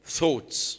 Thoughts